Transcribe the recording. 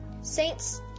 Saints